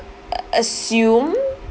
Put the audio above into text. uh assume